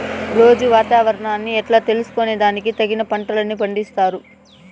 రోజూ వాతావరణాన్ని ఎట్లా తెలుసుకొని దానికి తగిన పంటలని పండిస్తారు?